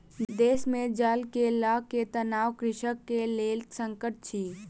देश मे जल के लअ के तनाव कृषक के लेल संकट अछि